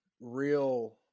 real